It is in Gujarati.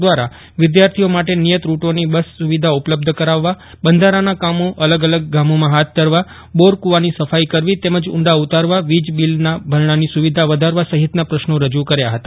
દ્વારા વિદ્યાર્થીઓ માટે નિયત રૂટોની બસ સુવિધા ઉપલબ્ધ કરાવવા બંધારાના કામો અલગ અલગ ગામોમાં ફાથ ધરવા બોર કુવાની સફાઇ કરવી તેમજ ઊંડા ઉતારવા વીજબીલના ભરણાની સુવિધા વધારવા સહિતના પ્રશ્નો રજૂ કર્યા હતા